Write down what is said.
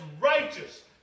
righteous